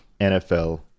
NFL